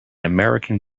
american